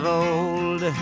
old